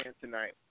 tonight